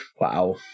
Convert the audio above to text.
Wow